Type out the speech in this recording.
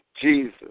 Jesus